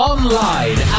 Online